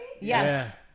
Yes